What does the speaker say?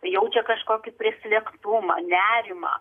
jaučia kažkokį prislėgtumą nerimą